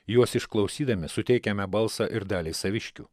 juos išklausydami suteikiame balsą ir daliai saviškių